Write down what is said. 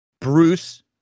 Bruce